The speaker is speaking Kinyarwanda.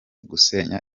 gusenya